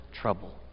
trouble